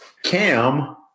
Cam